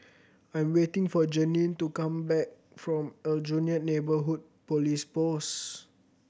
I am waiting for Janene to come back from Aljunied Neighbourhood Police Post